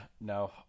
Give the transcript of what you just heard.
no